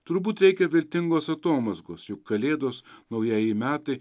turbūt reikia vertingos atomazgos juk kalėdos naujieji metai